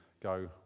go